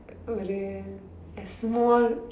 ஒரு:oru a small